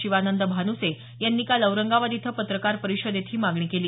शिवानंद भानुसे यांनी काल औरंगाबाद इथं पत्रकार परिषदेत ही मागणी केली